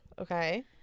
Okay